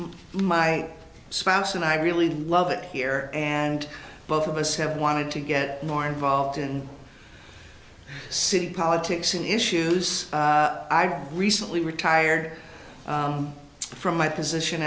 but my spouse and i really love it here and both of us have wanted to get more involved in city politics in issues i've recently retired from my position